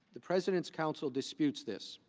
the president counsel disputes this.